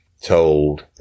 told